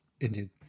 Indeed